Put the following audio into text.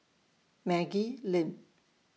Maggie Lim